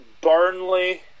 Burnley